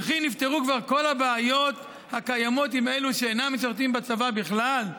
וכי נפתרו כבר כל הבעיות הקיימות עם אלו שאינם משרתים בצבא בכלל,